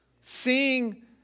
Seeing